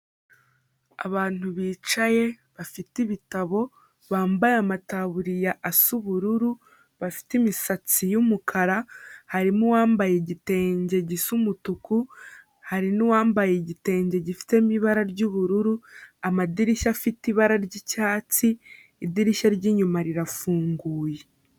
Abantu bicaye, bafite ibitabo, bambaye amataburiya asa ubururu, bafite imisatsi y'umukara, harimo uwambaye igitenge gisa umutuku, hari n'uwambaye igitenge gifitemo ibara ry'ubururu, amadirishya afite ibara ry'icyatsi, idirishya ry'inyuma rirafunguye.